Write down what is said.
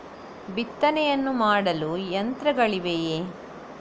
ಬಿತ್ತನೆಯನ್ನು ಮಾಡಲು ಯಂತ್ರಗಳಿವೆಯೇ?